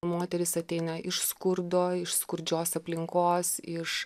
moterys ateina iš skurdo iš skurdžios aplinkos iš